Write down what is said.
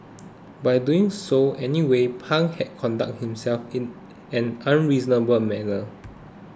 by doing so anyway Pang had conducted himself in an unreasonable manner